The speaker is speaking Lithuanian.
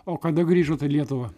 o kada grįžot į lietuvą